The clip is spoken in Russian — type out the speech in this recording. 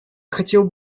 хотел